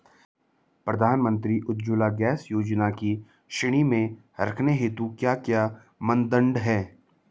प्रधानमंत्री उज्जवला गैस योजना की श्रेणी में रखने हेतु क्या क्या मानदंड है?